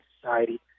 Society